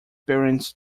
parents